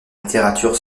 littérature